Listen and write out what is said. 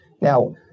Now